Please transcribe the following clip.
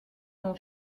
mon